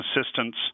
assistance